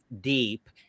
deep